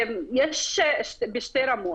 יש בשתי רמות.